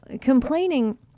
complaining